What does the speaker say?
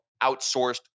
outsourced